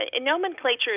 nomenclature